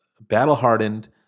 battle-hardened